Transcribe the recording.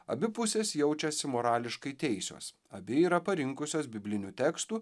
abi pusės jaučiasi morališkai teisios abi yra parinkusios biblinių tekstų